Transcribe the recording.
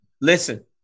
Listen